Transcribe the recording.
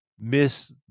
miss